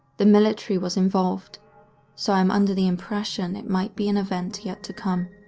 the military was involved so i'm under the impression it might be an event yet to come.